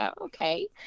Okay